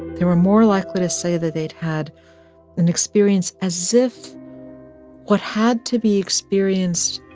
they were more likely to say that they'd had an experience as if what had to be experienced